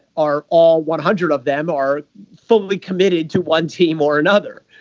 are all one hundred of them are fully committed to one team or another.